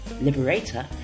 Liberator